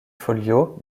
folio